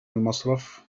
المصرف